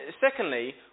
secondly